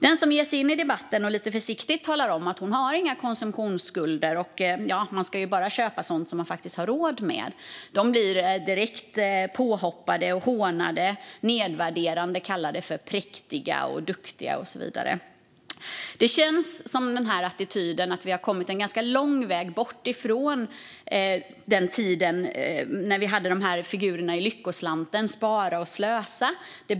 Den som ger sig in i debatten och lite försiktigt talar om att hon inte har några konsumtionsskulder och att man bara ska köpa sådant man har råd med blir direkt påhoppad och hånad och nedvärderande kallad präktig och duktig. Med den här attityden känns det som att vi har kommit en lång väg bort från figurerna Spara och Slösa i Lyckoslanten.